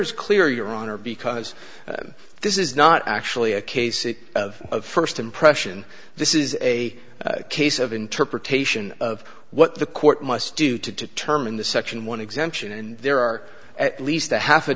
is clear your honor because this is not actually a case of first impression this is a case of interpretation of what the court must do to determine the section one exemption and there are at least a half a